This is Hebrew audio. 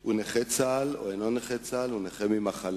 הוא נכה צה"ל או אינו נכה צה"ל או נכה ממחלה?